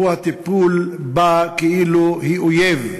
הוא הטיפול בה כאילו היא אויב.